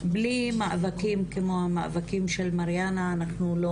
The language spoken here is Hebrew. שבלי מאבקים כמו המאבקים של מריאנה אנחנו לא